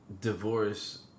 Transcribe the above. divorce